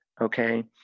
Okay